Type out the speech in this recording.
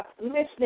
listening